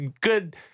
good